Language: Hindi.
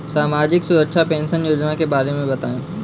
सामाजिक सुरक्षा पेंशन योजना के बारे में बताएँ?